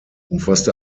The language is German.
umfasste